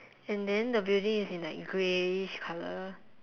and then the building is like in grayish color